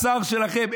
השר שלכם.